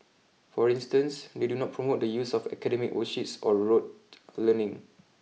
for instance they do not promote the use of academic worksheets or rote learning